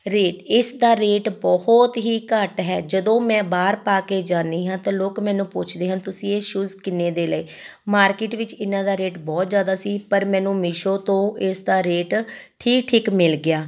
rate ਇਸ ਦਾ rate ਬਹੁਤ ਹੀ ਘੱਟ ਹੈ ਜਦੋਂ ਮੈਂ ਬਾਹਰ ਪਾ ਕੇ ਜਾਂਦੀ ਹਾਂ ਤਾਂ ਲੋਕ ਮੈਨੂੰ ਪੁੱਛਦੇ ਹਨ ਤੁਸੀਂ ਇਹ ਸ਼ੂਜ ਕਿੰਨੇ ਦੇ ਲਏ ਮਾਰਕੀਟ ਵਿੱਚ ਇਹਨਾਂ ਦਾ ਰੇਟ ਬਹੁਤ ਜ਼ਿਆਦਾ ਸੀ ਪਰ ਮੈਨੂੰ ਮੀਸ਼ੋ ਤੋਂ ਇਸ ਦਾ ਰੇਟ ਠੀਕ ਠੀਕ ਮਿਲ ਗਿਆ